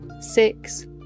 six